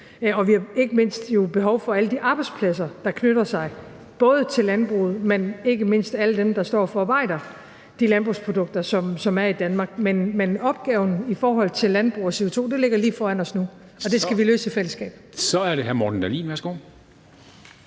og vi har jo ikke mindst behov for alle de arbejdspladser, der knytter sig både til landbruget, men ikke mindst til alle dem, der står og forarbejder de landbrugsprodukter, som produceres i Danmark. Men opgaven i forhold til landbrug og CO2 ligger lige foran os nu, og den skal vi løse i fællesskab. Kl. 23:31 Formanden (Henrik